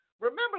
remember